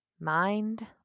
Mind